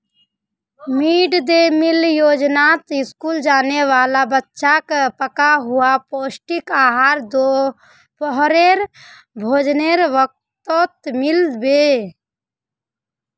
mid day meal योजनात school जाने वाला बच्चाक पका हुआ पौष्टिक आहार दोपहरेर भोजनेर वक़्तत मिल बे